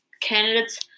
candidates